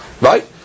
right